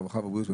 רווחה ובריאות,